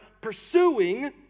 pursuing